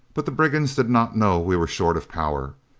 but the brigands did not know we were short of power.